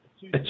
two